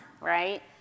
right